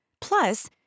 Plus